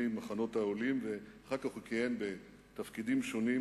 מחנות העולים ואחר כך הוא כיהן בתפקידים שונים